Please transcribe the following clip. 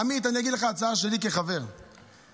עמדו פה קודם שני חברי ליכוד.